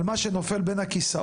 על מה שנופל בין הכיסאות,